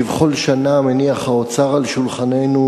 כבכל שנה מניח האוצר על שולחננו